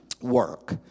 work